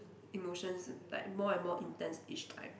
emotions uh like more and more intense each time